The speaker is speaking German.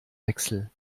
wechsel